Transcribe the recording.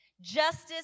Justice